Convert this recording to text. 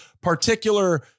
particular